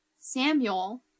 Samuel